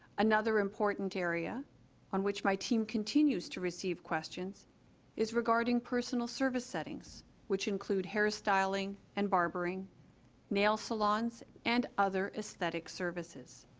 another important area on which my team continues to receive questions is regarding personal service settings which include hair styling and barbering nail salons and other aesthetic services